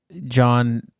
John